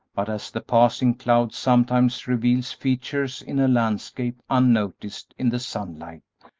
but as the passing cloud sometimes reveals features in a landscape unnoticed in the sunlight,